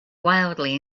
wildly